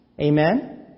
amen